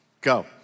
Go